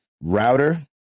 Router